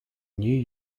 new